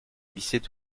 glissait